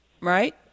right